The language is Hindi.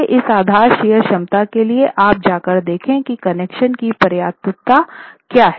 इसलिए इस आधार शियर क्षमता के लिए आप जाकर देखेंगे कि कनेक्शन की पर्याप्तता क्या है